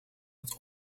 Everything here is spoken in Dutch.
het